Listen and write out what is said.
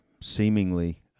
seemingly